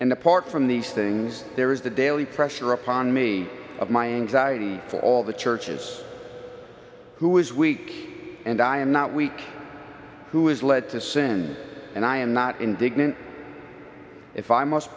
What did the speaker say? and apart from these things there is the daily pressure upon me of my anxiety for all the churches who is weak and i am not weak who is led to sin and i am not indignant if i must